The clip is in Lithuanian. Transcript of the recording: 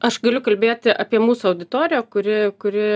aš galiu kalbėti apie mūsų auditoriją kuri kuri